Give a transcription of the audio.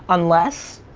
unless,